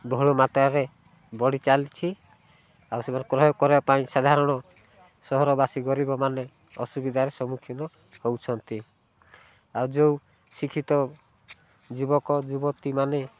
ବହୁଳ ମାତ୍ରାରେ ବଢ଼ି ଚାଲିଛି ଆଉ ସେମାନେ କ୍ରୟ କରିବା ପାଇଁ ସାଧାରଣ ସହରବାସୀ ଗରିବମାନେ ଅସୁବିଧାରେ ସମ୍ମୁଖୀନ ହେଉଛନ୍ତି ଆଉ ଯେଉଁ ଶିକ୍ଷିତ ଯୁବକ ଯୁବତୀ ମାନେ